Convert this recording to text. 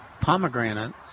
pomegranates